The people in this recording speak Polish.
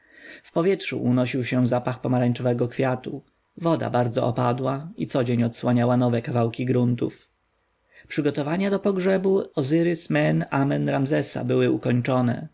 powietrzu unosił się zapach pomarańczowego kwiatu woda bardzo opadła i codzień odsłaniała nowe kawałki gruntów przygotowania do pogrzebu ozyrys-mer-amen-ramzesa były ukończone